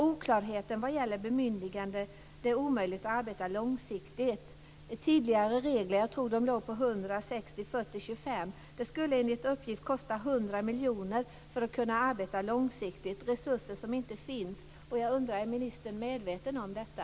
Oklarheten vad gäller bemyndiganden gör det omöjligt att arbeta långsiktigt. Tidigare regler tror jag låg på 100, 60, 40, 25. Det skulle enligt uppgift kosta 100 miljoner att arbeta långsiktigt; resurser som inte finns. Jag undrar: Är ministern medveten om detta?